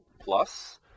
Plus